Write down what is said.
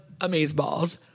amazeballs